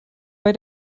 bei